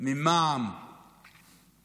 ממע"מ